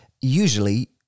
usually